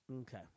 Okay